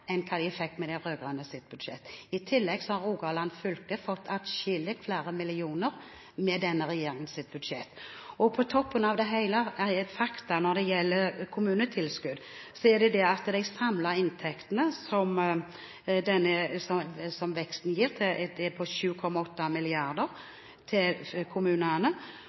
enn hva de fikk med de rød-grønnes budsjett. I tillegg har Rogaland fylke fått adskillig flere millioner med denne regjeringens budsjett. På toppen av det hele er det et faktum når det gjelder kommunetilskudd, at de samlede inntektene, som veksten gir, er på 7,8